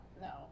no